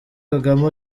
kagame